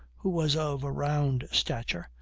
who was of a round stature,